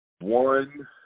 One